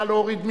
נא להוריד.